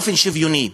באופן שוויוני,